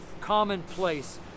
commonplace